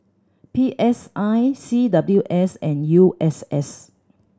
P S I C W S and U S S